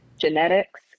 genetics